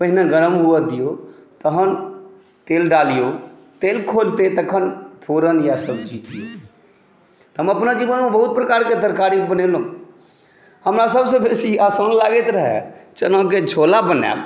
पहिने गरम हुअऽ दिऔ तहन तेल डलिऔ तेल खौलतै तखन फोरन या सब्जी दिऔ तऽ हम अपना जीवनमे बहुत प्रकारके तरकारी बनेलहुँ हमरा सबसँ बेसी आसान लागैत रहए चनाके छोला बनाएब